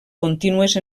contínues